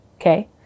Okay